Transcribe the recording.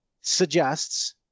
suggests